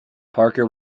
parker